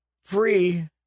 free